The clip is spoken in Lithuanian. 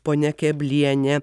ponia keblienė